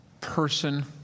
person